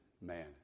man